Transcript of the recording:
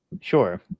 Sure